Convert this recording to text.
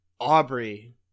Aubrey